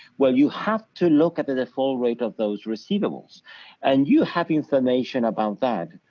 well, you have to look at the default rate of those receivables and you have information about that,